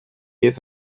give